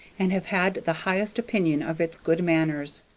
and have had the highest opinion of its good manners.